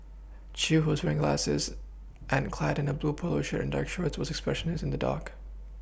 Chew who was wearing glasses and clad in a blue polo shirt and dark shorts was expressionless in the dock